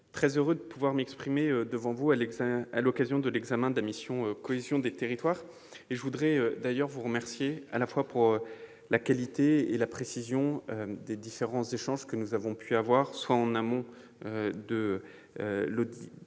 très heureux de pouvoir m'exprimer devant vous à l'occasion de l'examen de la mission « Cohésion des territoires ». Je voudrais d'ailleurs vous remercier à la fois de la qualité et de la précision des différents échanges que nous avons pu avoir, soit en amont de cette